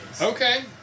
Okay